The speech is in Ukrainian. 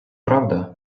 правда